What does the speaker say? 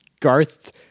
Garth